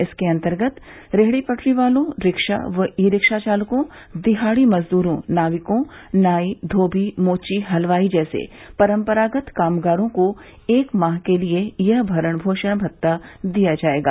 इसके अन्तर्गत रेहड़ी पटरी वालों रिक्शा व ई रिक्शा चालकों दिहाड़ी मजदूरों नाविकों नाई धोबी मोची हलवाई जैसे परम्परागत कामगारों को एक माह के लिये यह भारण पोषण भत्ता दिया जाएगा